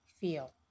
feel